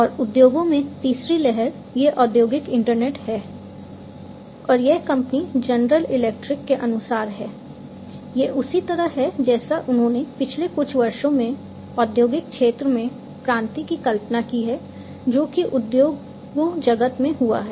और उद्योगों में तीसरी लहर यह औद्योगिक इंटरनेट है और यह कंपनी जनरल इलेक्ट्रिक के अनुसार है यह उसी तरह है जैसे उन्होंने पिछले कुछ वर्षों में औद्योगिक क्षेत्र में क्रांति की कल्पना की है जो कि उद्योगों जगत में हुआ है